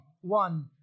one